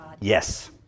Yes